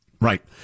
Right